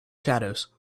shadows